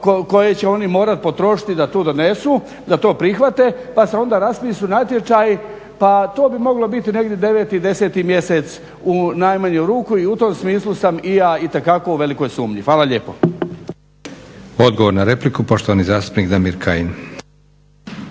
koje će oni morati potrošiti da to donesu, da to prihvate pa se onda raspišu natječaji pa to bi moglo biti negdje deveti, deseti mjesec u najmanju ruku i u tom smislu sam i ja itekako u velikoj sumnji. Hvala lijepo. **Leko, Josip (SDP)** Odgovor na repliku, poštovani zastupnik Damir Kajin.